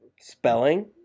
Spelling